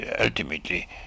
Ultimately